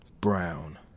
brown